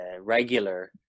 regular